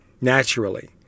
naturally